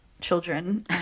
children